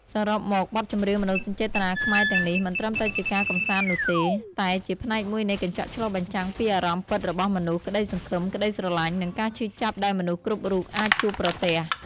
សរុបមក បទចម្រៀងមនោសញ្ចេតនាខ្មែរទាំងនេះមិនត្រឹមតែជាការកម្សាន្តនោះទេ តែជាផ្នែកមួយនៃកញ្ចក់ឆ្លុះបញ្ចាំងពីអារម្មណ៍ពិតរបស់មនុស្ស ក្តីសង្ឃឹម ក្តីស្រឡាញ់ និងការឈឺចាប់ដែលមនុស្សគ្រប់រូបអាចជួបប្រទះ។